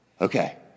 Okay